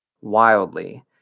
wildly